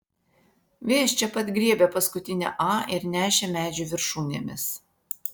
vėjas čia pat griebė paskutinę a ir nešė medžių viršūnėmis